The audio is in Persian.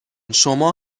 شما